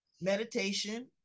meditation